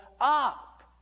up